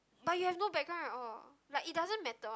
but you have no background at all like it doesn't matter one